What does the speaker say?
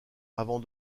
avant